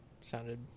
sounded